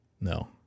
No